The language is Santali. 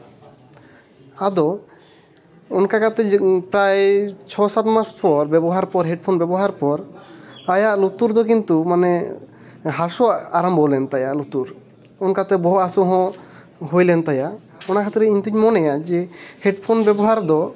ᱟᱫᱚ ᱚᱱᱠᱟ ᱠᱟᱛᱮᱫ ᱯᱨᱟᱭ ᱪᱷᱚ ᱥᱟᱛ ᱢᱟᱥ ᱵᱮᱵᱚᱦᱟᱨ ᱯᱚᱨᱮ ᱦᱮᱹᱰᱯᱷᱳᱱ ᱵᱮᱵᱚᱦᱟᱨ ᱯᱚᱨ ᱟᱭᱟᱜ ᱞᱩᱛᱩᱨ ᱫᱚ ᱠᱤᱱᱛᱩ ᱢᱟᱱᱮ ᱦᱟᱥᱳ ᱟᱨᱟᱢᱵᱚ ᱞᱮᱱ ᱛᱟᱭᱟ ᱞᱩᱛᱩᱨ ᱚᱱᱠᱟᱛᱮ ᱵᱚᱦᱚᱜ ᱦᱟᱥᱳ ᱦᱚᱸ ᱦᱳᱭᱞᱮᱱ ᱛᱟᱭᱟ ᱚᱱᱟ ᱠᱷᱟᱹᱛᱤᱨᱟᱜ ᱤᱧ ᱫᱩᱧ ᱢᱚᱱᱮᱭᱟ ᱡᱮ ᱦᱮᱹᱰᱯᱷᱳᱱ ᱵᱮᱵᱚᱦᱟᱨ ᱫᱚ